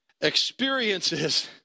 experiences